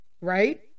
right